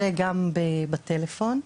וגם בטלפון.